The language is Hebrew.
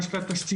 מה שנקרא תשתיות.